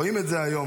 רואים את זה היום,